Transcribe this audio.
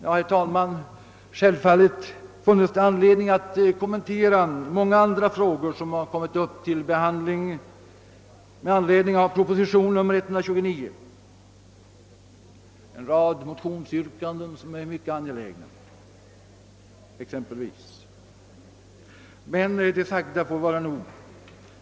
Självfallet funnes det, herr talman, anledning att kommentera många andra frågor som har kommit upp till behandling med anledning av propositionen nr 129 — bland annat många mycket angelägna motionsyrkanden — men det sagda får vara nog.